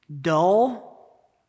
dull